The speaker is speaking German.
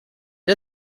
der